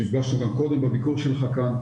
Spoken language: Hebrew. נפגשנו גם קודם בביקור שלך כאן.